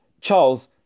Charles